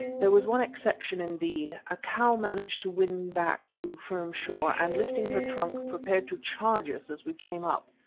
there was one exception, indeed, a cow managed to win back to firm shore, and, lifting her trunk, prepared to charge us as we came up.